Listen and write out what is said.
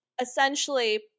essentially